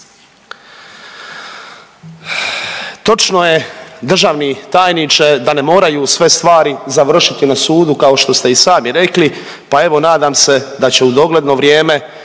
Točno je, državni tajniče, da ne moraju sve stvari završiti na sudu, kao što ste i sami rekli pa evo, nadam se da će u dogledno vrijeme